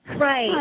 right